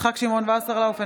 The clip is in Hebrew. יצחק שמעון וסרלאוף,